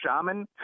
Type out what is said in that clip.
shaman